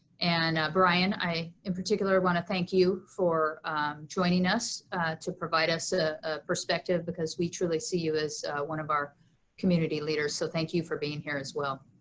and brian, i particularly wanna thank you for joining us to provide us a ah perspective because we truly see you as one of our community leaders, so thank you for being here as well.